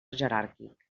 jeràrquic